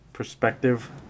perspective